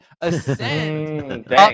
ascend